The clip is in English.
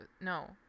No